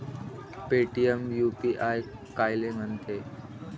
Paytm UPI कायले म्हनते?